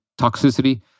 toxicity